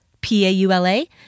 P-A-U-L-A